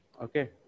Okay